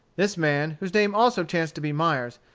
this man, whose name also chanced to be myers,